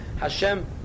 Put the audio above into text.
Hashem